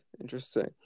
interesting